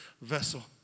vessel